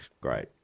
Great